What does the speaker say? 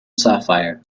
sapphire